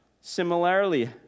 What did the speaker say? similarly